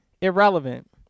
irrelevant